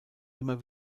immer